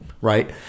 right